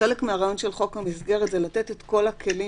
חלק מהרעיון של חוק המסגרת הוא לתת את כל הכלים